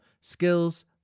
Skills